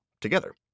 together